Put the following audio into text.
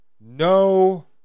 no